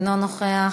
אינו נוכח.